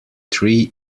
three